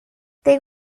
they